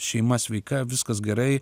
šeima sveika viskas gerai